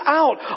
out